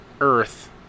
earth